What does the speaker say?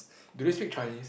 do they speak Chinese